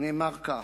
נאמר כך: